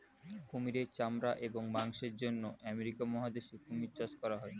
কুমিরের চামড়া এবং মাংসের জন্য আমেরিকা মহাদেশে কুমির চাষ করা হয়